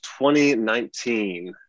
2019